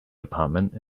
department